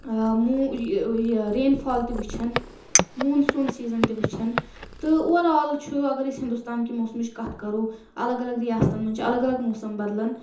رین فال تہِ وٕچھان monsoon season تہِ وٕچھان تہٕ اوٚوَر آل چھُ اگر أسۍ ہِندوستانکہِ موسمٕچۍ کَتھ کَرو الگ الگ رِیاستَن منٛز چھِ الگ الگ موسم بَدلان